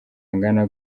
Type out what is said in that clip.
angana